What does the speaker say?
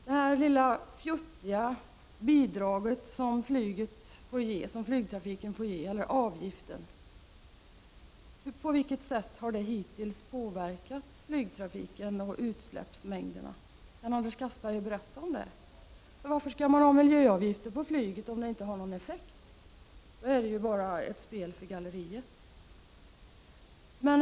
Det lilla fjuttiga bidrag som flygtrafiken får ge genom avgiften — på vilket sätt har det hittills påverkat flygtrafiken och utsläppsmängden? Kan Anders Castberger tala om det? Varför skall man ha miljöavgifter på flyget om det inte har någon effekt? Då är det bara ett spel för galleriet.